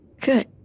Good